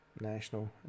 National